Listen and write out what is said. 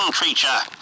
creature